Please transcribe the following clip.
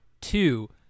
Two